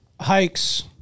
hikes